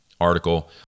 article